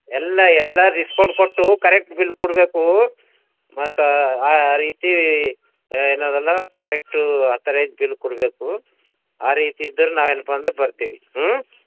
ಎಲ್ಲ ಎಲ್ಲ ಡಿಸ್ಕೌಂಟ್ ಕೊಟ್ಟು ಕರೆಕ್ಟ್ ಬಿಲ್ ಕೊಡ್ಬೇಕು ಮತ್ತೆ ಆ ರೀತಿ ಏನಿದೆಂದ್ರೆ ಎಲ್ಲ ಕರೆಕ್ಟು ಅತೋರೈಸ್ಡ್ ಬಿಲ್ ಕೊಡಬೇಕು ಆ ರೀತಿ ಇದ್ರೆ ನಾ ಏನಪ್ಪ ಅಂದ್ರೆ ಬರ್ತೀವಿ ಹ್ಞೂ